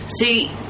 see